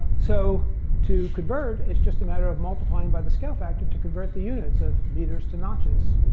so to convert is just a matter of multiplying by the scale factor to convert the units of meters to notches.